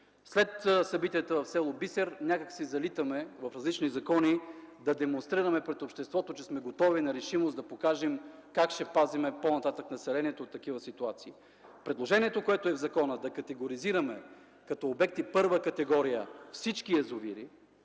След събитията в с. Бисер някак си залитаме в различни закони да демонстрираме пред обществото, че сме готови на решимост – да покажем как ще пазим по-нататък населението от такива ситуации. Предложението, което е в закона – да категоризираме като обекти първа категория всички язовири,